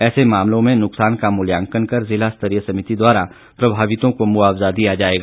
ऐसे मामलों में नुकसान का मूल्यांकन कर जिला स्तरीय समिति द्वारा प्रभावितों को मुआवजा दिया जाएगा